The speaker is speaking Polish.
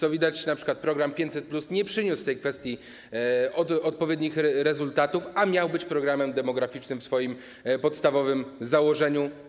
Jak widać, np. program 500+ nie przyniósł w tej kwestii odpowiednich rezultatów, a miał być programem demograficznym w swoim podstawowym założeniu.